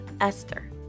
Esther